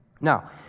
Now